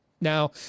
now